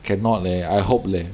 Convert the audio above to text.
cannot leh I hope leh